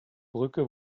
brücke